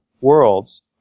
worlds